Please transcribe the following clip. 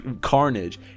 carnage